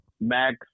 Max